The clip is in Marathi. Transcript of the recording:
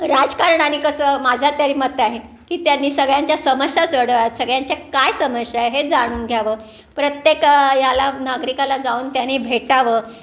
राजकारणांनी कसं माझा तरी मत आहे की त्यांनी सगळ्यांच्या समस्या सोडवाव्यात सगळ्यांच्या काय समस्या हे जाणून घ्यावं प्रत्येक याला नागरिकाला जाऊन त्याने भेटावं